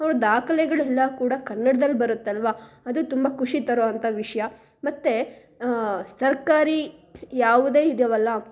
ಅವರು ದಾಖಲೆಗಳು ಎಲ್ಲ ಕೂಡ ಕನ್ನಡ್ದಲ್ಲಿ ಬರುತ್ತಲ್ಲವಾ ಅದು ತುಂಬ ಖುಷಿ ತರೋವಂಥ ವಿಷಯ ಮತ್ತು ಸರ್ಕಾರಿ ಯಾವುದೇ ಇದಾವಲ್ಲಾ